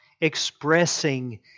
expressing